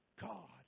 God